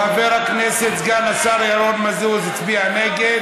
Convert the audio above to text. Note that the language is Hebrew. חבר הכנסת סגן השר ירון מזוז הצביע נגד.